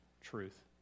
truth